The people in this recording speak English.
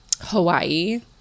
Hawaii